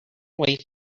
way